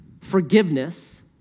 forgiveness